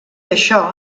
això